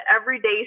everyday